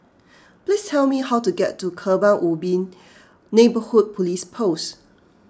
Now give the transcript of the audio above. please tell me how to get to Kebun Ubi Neighbourhood Police Post